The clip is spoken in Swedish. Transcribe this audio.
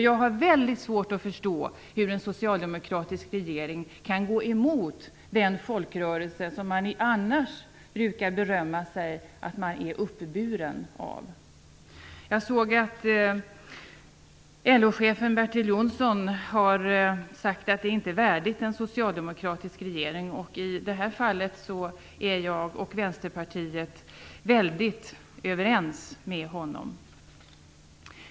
Jag har väldigt svårt att förstå hur en socialdemokratisk regering kan gå emot den folkrörelse som man annars brukar berömma sig av att man är uppburen av. Jag såg att LO-chefen Bertil Jonsson har sagt att det inte är värdigt en socialdemokratisk regering. I det här fallet är jag och Vänsterpartiet helt överens med honom.